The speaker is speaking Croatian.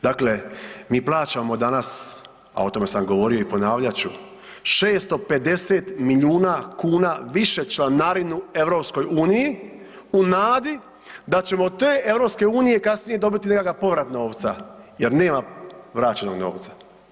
Dakle, mi plaćamo danas, a o tome sam govorio i ponavljat ću, 650 milijuna kuna više članarinu EU u nadi da ćemo od te EU kasnije dobiti nekakav povrat novca jer nema vraćenog novca.